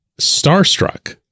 starstruck